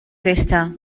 festa